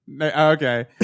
Okay